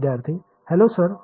विद्यार्थी hello sir